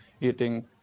eating